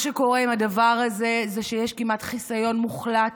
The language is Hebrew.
מה שקורה עם הדבר הזה, שיש כמעט חיסיון מוחלט.